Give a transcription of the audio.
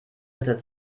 ritter